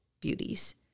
beauties